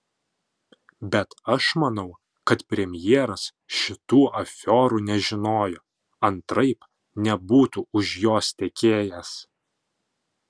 bet aš manau kad premjeras šitų afiorų nežinojo antraip nebūtų už jos tekėjęs